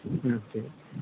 ঠিক আছে